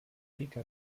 rica